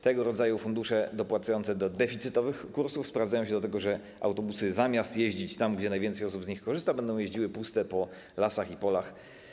Tego rodzaju fundusze dopłacające do deficytowych kursów sprowadzają się do tego, że autobusy, zamiast jeździć tam, gdzie najwięcej osób z nich korzysta, będą jeździły puste po lasach i polach.